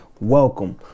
Welcome